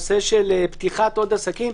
פתיחת עוד עסקים.